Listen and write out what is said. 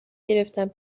گرفتم